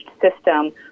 system